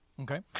Okay